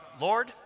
Lord